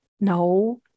No